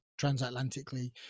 transatlantically